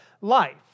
life